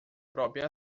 própria